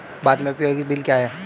भारत में उपयोगिता बिल क्या हैं?